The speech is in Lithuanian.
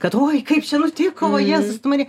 kad oi kaip čia nutiko va jėzus tu marija